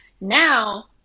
Now